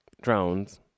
drones